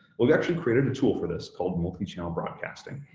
we've actually created a tool for this called multi-channel broadcasting,